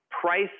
price